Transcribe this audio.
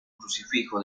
crucifijo